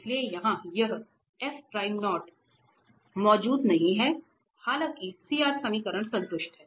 इसलिए यहां यह मौजूद नहीं है हालांकि CR समीकरण संतुष्ट हैं